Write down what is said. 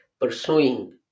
pursuing